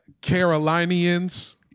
Carolinians